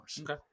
Okay